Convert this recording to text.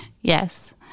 Yes